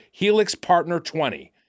HELIXPARTNER20